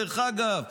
דרך אגב,